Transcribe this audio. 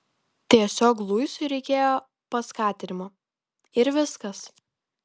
tiesiog luisui reikėjo paskatinimo ir viskas